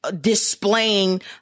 displaying